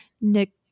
nick